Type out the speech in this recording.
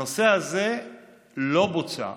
הנושא הזה לא בוצע.